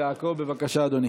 רבי יעקב, בבקשה, אדוני.